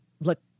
look